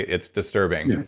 it's disturbing.